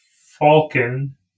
Falcon